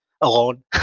alone